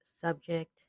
subject